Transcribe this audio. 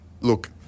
look